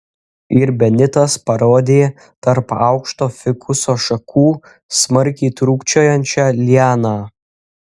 ir benitas parodė tarp aukšto fikuso šakų smarkiai trūkčiojančią lianą